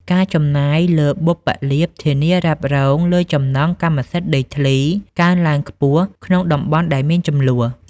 ការចំណាយលើបុព្វលាភធានារ៉ាប់រងលើចំណងកម្មសិទ្ធិដីធ្លី កើនឡើងខ្ពស់ក្នុងតំបន់ដែលមានជម្លោះ។